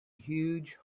huge